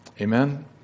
Amen